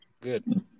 good